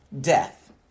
death